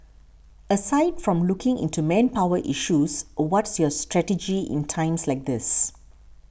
aside from looking into manpower issues what's your strategy in times like these